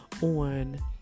on